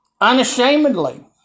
Unashamedly